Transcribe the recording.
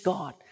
God